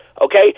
okay